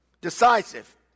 Decisive